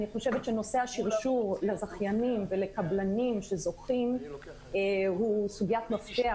נושא השרשור לזכיינים ולקבלנים שזוכים הוא סוגיית מפתח.